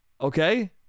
Okay